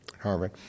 Harvard